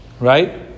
Right